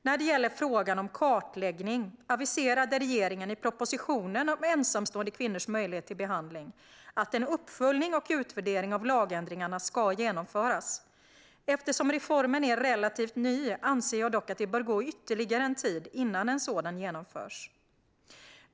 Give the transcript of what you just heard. När det gäller frågan om kartläggning aviserade regeringen i propositionen om ensamstående kvinnors möjlighet till behandling att en uppföljning och utvärdering av lagändringarna ska genomföras. Eftersom reformen är relativt ny anser jag dock att det bör gå ytterligare en tid innan en sådan genomförs.